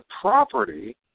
property